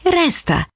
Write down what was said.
resta